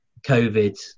COVID